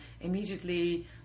immediately